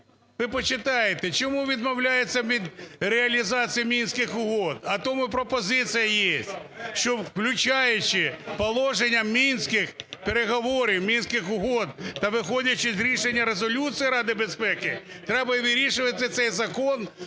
Ви почитайте! Чому відмовляються від реалізації Мінських угод? А тому і пропозиція єсть, що включаючи положення Мінських переговорів, Мінських угод та виходячи з рішення Резолюції Ради безпеки, треба вирішувати цей закон,